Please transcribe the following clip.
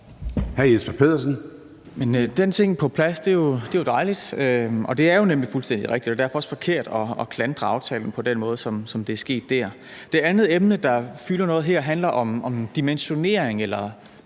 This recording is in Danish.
Petersen (S): At have den ting på plads er jo dejligt. Det er nemlig fuldstændig rigtigt, og det er derfor også forkert at klandre aftalen på den måde, som det skete dér. Det andet emne, der fylder noget her, handler om dimensionering eller